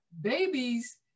babies